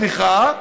סליחה,